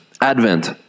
Advent